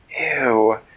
Ew